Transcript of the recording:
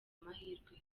amahirwe